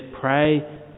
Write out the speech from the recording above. pray